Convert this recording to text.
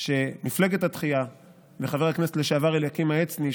שמפלגת התחייה וחבר הכנסת לשעבר אליקים העצני,